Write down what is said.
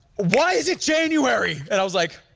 why is it january? and i was like,